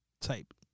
type